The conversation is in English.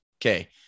okay